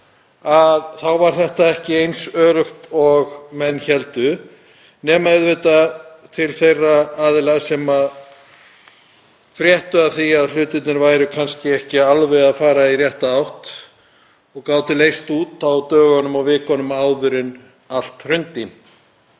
2008 var þetta ekki eins öruggt og menn héldu nema auðvitað fyrir þá aðila sem fréttu af því að hlutirnir væru kannski ekki alveg að fara í rétta átt og gátu leyst út á dögunum og vikunum áður en allt hrundi.